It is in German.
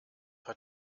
hat